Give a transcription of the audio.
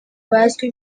bazwi